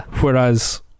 whereas